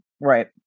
right